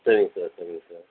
சரிங்க சார் சரிங்க சார்